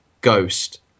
Ghost